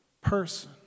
person